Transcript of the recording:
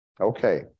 Okay